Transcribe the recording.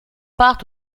part